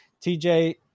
TJ